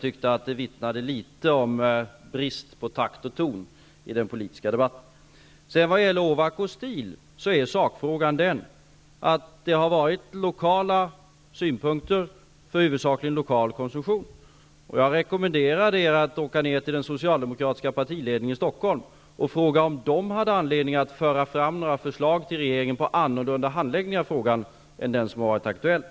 Det vittnade om brist på takt och ton i den politiska debatten. Vad gäller Ovako Steel, är sakfrågan den att det har framförts lokala synpunkter för huvudsakligen lokal konsumtion. Jag rekommenderade er att åka ned till den socialdemokratiska partiledningen i Stockholm och fråga om den hade anledning att föra fram några förslag till regeringen om en annorlunda handläggning av frågan än den som varit aktuell.